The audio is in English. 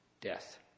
death